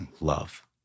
Love